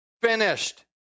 finished